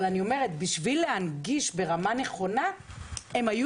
אבל אני אומרת: בשביל להנגיש ברמה נכונה הם היו